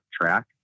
track